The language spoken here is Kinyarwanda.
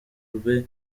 rwe